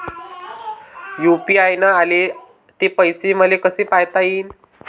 UPI न आले ते पैसे मले कसे पायता येईन?